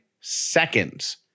seconds